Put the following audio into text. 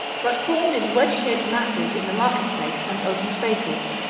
but formed in wedge-shaped masses in the market-place and open spaces,